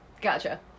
Gotcha